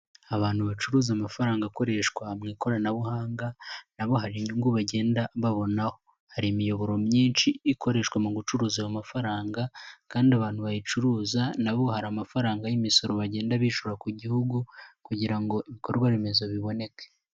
Abantu bacuruza amafaranga akoreshwa mu ikoranabuhanga nabo hari inyungu bagenda babonaho, hari imiyoboro myinshi ikoreshwa mu gucuruza ayo mafaranga kandi abantu bayicuruza nabo hari amafaranga y'imisoro bagenda bishyura ku gihugu kugira ngo ibikorwaremezo biboneke.